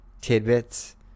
tidbits